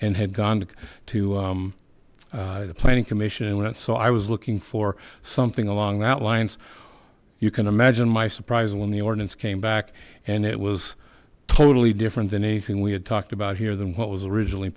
and had gone to the planning commission and so i was looking for something along that lines you can imagine my surprise when the ordinance came back and it was totally different than anything we had talked about here than what was originally